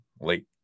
late